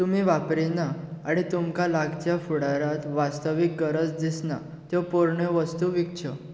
तुमी वापरिना आनी तुमकां लागच्या फुडारात वास्तवीक गरज दिसना त्यो पोरण्यो वस्तू विकच्यो